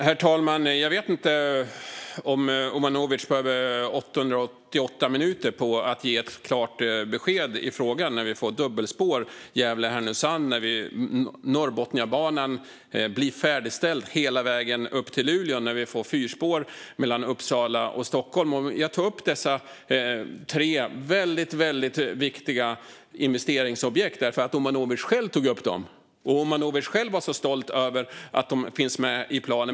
Herr talman! Jag vet inte om Omanovic behöver 888 minuter för att ge ett klart besked om när vi får dubbelspår Gävle-Härnösand, när Norrbotniabanan blir färdigställd hela vägen upp till Luleå och när vi får fyrspår mellan Uppsala och Stockholm. Jag tog upp dessa tre väldigt viktiga investeringsobjekt därför att Omanovic själv tog upp dem och själv var så stolt över att de finns med i planen.